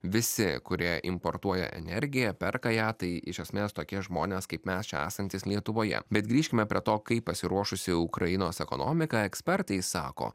visi kurie importuoja energiją perka ją tai iš esmės tokie žmonės kaip mes čia esantys lietuvoje bet grįžkime prie to kaip pasiruošusi ukrainos ekonomika ekspertai sako